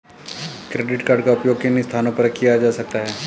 Credit card का उपयोग किन स्थानों पर किया जा सकता है?